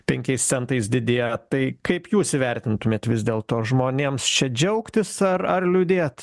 penkiais centais didėja tai kaip jūs įvertintumėt vis dėlto žmonėms čia džiaugtis ar ar liūdėt